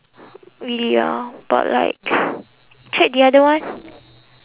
really ah but like check the other one